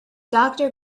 doctor